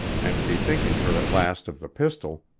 and bethinking her at last of the pistol,